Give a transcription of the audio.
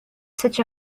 such